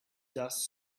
dust